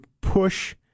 push